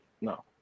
No